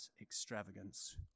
extravagance